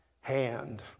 hand